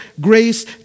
grace